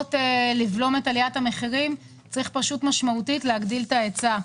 לפחות לבלום את העלייה צריך להגדיל את ההיצע.